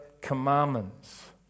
commandments